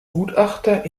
gutachter